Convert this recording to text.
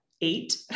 eight